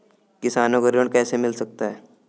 किसानों को ऋण कैसे मिल सकता है?